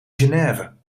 geneve